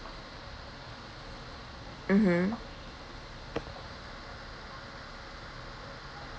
mmhmm